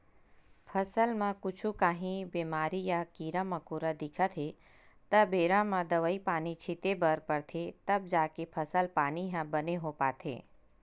फसल म कुछु काही बेमारी या कीरा मकोरा दिखत हे त बेरा म दवई पानी छिते बर परथे तब जाके फसल पानी ह बने हो पाथे